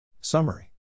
Summary